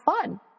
fun